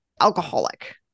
alcoholic